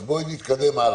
אז בואו נתקדם הלאה.